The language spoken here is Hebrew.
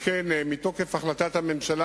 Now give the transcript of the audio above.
מתוקף החלטת הממשלה,